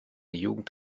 jugend